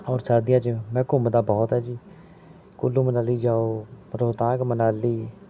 ਔਰ ਸਰਦੀਆਂ 'ਚ ਮੈਂ ਘੁੰਮਦਾ ਬਹੁਤ ਹਾਂ ਜੀ ਕੁੱਲੂ ਮਨਾਲੀ ਜਾਓ ਰੋਹਤਾਂਗ ਮਨਾਲੀ